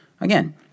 Again